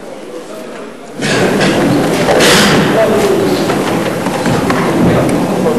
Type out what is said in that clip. אדוני יושב-ראש הכנסת רובי ריבלין, חברי